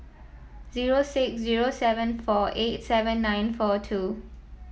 zero six zero seven four eight seven nine four two